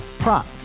Prop